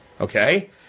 Okay